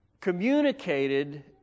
communicated